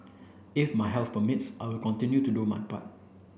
if my health permits I will continue to do my part